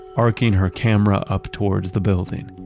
arcing her camera up towards the building,